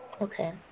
Okay